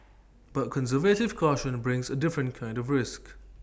but conservative caution brings A different kind of risk